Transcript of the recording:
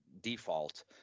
default